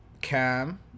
cam